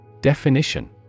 Definition